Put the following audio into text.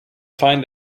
find